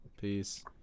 peace